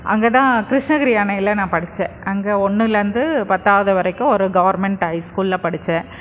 அங்கே தான் கிருஷ்ணகிரி அணையில் நான் படித்தேன் அங்கே ஒன்றிலேர்ந்து பத்தாவது வரைக்கும் ஒரு கவர்மெண்ட் ஹைஸ்கூலில் படித்தேன்